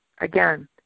again